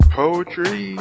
poetry